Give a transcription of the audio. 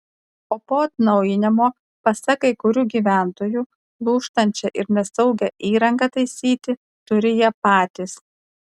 o po atnaujinimo pasak kai kurių gyventojų lūžtančią ir nesaugią įrangą taisyti turi jie patys